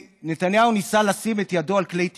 ונתניהו ניסה לשים את ידו על כלי תקשורת.